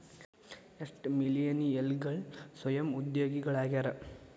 ಎಷ್ಟ ಮಿಲೇನಿಯಲ್ಗಳ ಸ್ವಯಂ ಉದ್ಯೋಗಿಗಳಾಗ್ಯಾರ